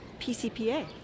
PCPA